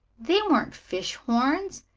they weren't fish-horns.